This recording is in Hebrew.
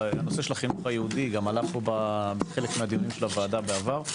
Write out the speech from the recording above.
הנושא של החינוך היהודי גם עלה פה בחלק מדיוני הוועדה בעבר.